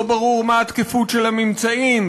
לא ברור מה התקפות של הממצאים,